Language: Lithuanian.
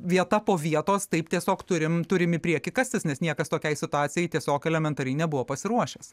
vieta po vietos taip tiesiog turim turim į priekį kastis nes niekas tokiai situacijai tiesiog elementariai nebuvo pasiruošęs